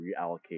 reallocate